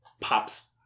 pops